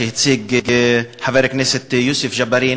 שהציג חבר הכנסת יוסף ג'בארין,